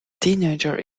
teenager